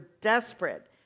desperate